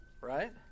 right